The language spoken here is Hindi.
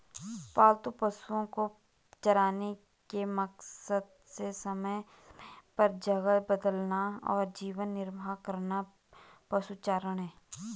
पालतू पशुओ को चराने के मकसद से समय समय पर जगह बदलना और जीवन निर्वाह करना पशुचारण है